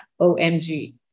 OMG